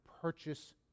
purchase